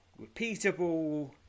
repeatable